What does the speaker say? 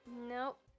Nope